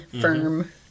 firm